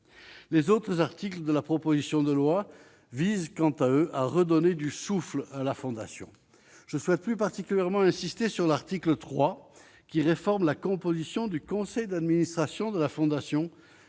les autres articles de la proposition de loi vise, quant à eux à redonner du souffle à la fondation je souhaite plus particulièrement insisté sur l'article 3 qui réforme la composition du conseil d'administration de la fondation